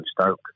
Stoke